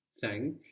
Thank